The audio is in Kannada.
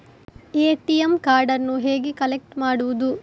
ಎ.ಟಿ.ಎಂ ಕಾರ್ಡನ್ನು ಹೇಗೆ ಕಲೆಕ್ಟ್ ಮಾಡುವುದು?